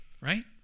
right